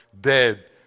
dead